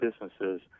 businesses